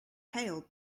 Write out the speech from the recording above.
hailed